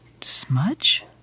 smudge